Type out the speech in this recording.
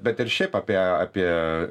bet ir šiaip apie apie